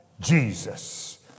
Jesus